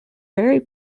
very